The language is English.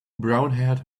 brownhaired